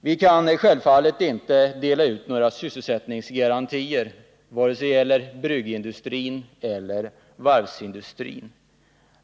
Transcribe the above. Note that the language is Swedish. Vi kan självfallet inte dela ut några sysselsättningsgarantier när de: gäller vare sig bryggindustrin eller varvsindustrin.